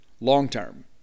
long-term